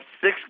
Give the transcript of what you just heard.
six